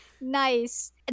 Nice